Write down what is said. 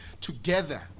together